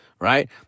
right